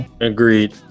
Agreed